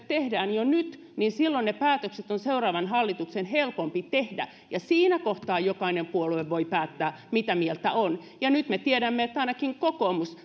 tehdään jo nyt niin silloin ne päätökset on seuraavan hallituksen helpompi tehdä ja siinä kohtaa jokainen puolue voi päättää mitä mieltä on nyt me tiedämme että ainakin kokoomus